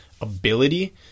ability